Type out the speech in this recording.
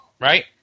right